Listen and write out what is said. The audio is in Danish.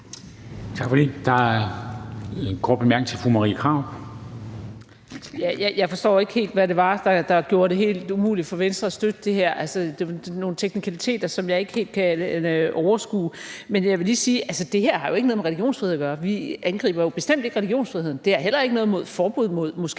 Tak for det. Der er en kort bemærkning til fru Marie Krarup. Kl. 19:35 Marie Krarup (DF): Jeg forstår ikke helt, hvad det er, der gør det helt umuligt for Venstre at støtte det her. Det er nogle teknikaliteter, som jeg ikke helt kan overskue. Men jeg vil lige sige, at det her jo ikke har noget med religionsfrihed at gøre – vi angriber jo bestemt ikke religionsfriheden. Det har heller ikke noget med et forbud mod moskéer